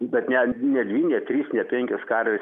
bet ne ne dvi ne trys ne penkios karvės